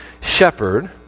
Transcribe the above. shepherd